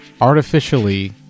artificially